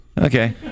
Okay